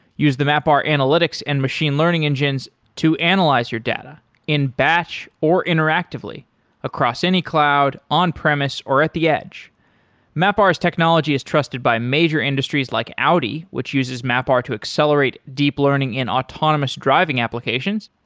use the mapr analytics and machine learning engines to analyze your data in batch, or interactively across any cloud, on premise, or at the edge mapr's technology is trusted by major industries like audi, which uses mapr to accelerate deep learning in autonomous driving applications.